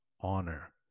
honor